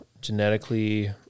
genetically